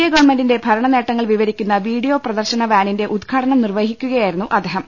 A ഗവൺമെന്റിന്റെ ഭരണ ട നേട്ടങ്ങൾ വിവരിക്കുന്ന വീഡിയോ പ്രദർശന വാനിന്റെ ഉദ്ഘാടനം നിർവ്വഹിക്കുകയായിരുന്നു അദ്ദേഹം